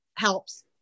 helps